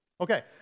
Okay